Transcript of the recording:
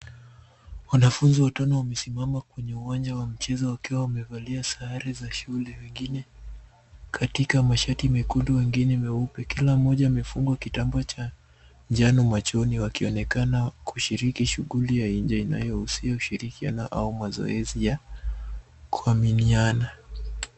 Wanafunzi watano wamesimama kwenye uwanja wa mchezo wakiwa wamevalia sare za shule wengine katika mashati mekundu wengine meupe. Kila mmoja amefungwa kitambaa cha njano machoni wakionekana kushiriki shughuli ya nje inayohusisha kushirikiana au mazoezi ya kuaminiana.